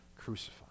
crucified